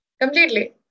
Completely